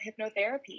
hypnotherapy